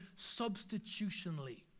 substitutionally